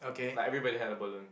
like everybody had a balloon